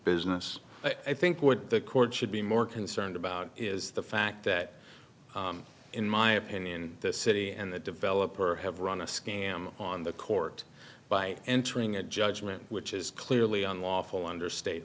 business i think what the court should be more concerned about is the fact that in my opinion the city and the developer have run a scam on the court by entering a judgment which is clearly unlawful under state